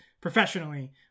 professionally